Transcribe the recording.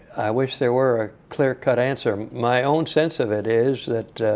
wish there were a clear cut answer. my own sense of it is that